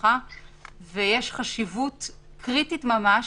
הרווחה והשירותים החברתיים,